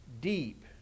deep